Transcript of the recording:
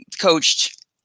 coached